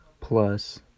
plus